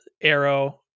Arrow